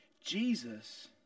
Jesus